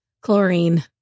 chlorine